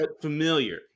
familiar